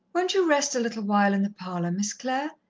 won't you rest a little while in the parlour, miss clare?